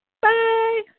Bye